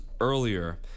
earlier